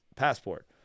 passport